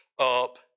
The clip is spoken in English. up